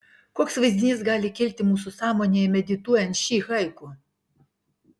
koks vaizdinys gali kilti mūsų sąmonėje medituojant šį haiku